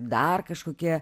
dar kažkokie